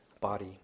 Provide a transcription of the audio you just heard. body